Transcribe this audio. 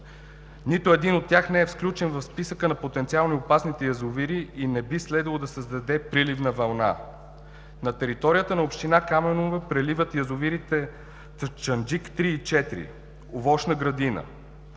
Нито един от тях не е включен в списъка на потенциално опасните язовири и не би следвало да създаде приливна вълна. На територията на община Камено преливат язовирите „Чанаджик“ 3 и 4, „Овощна градина“.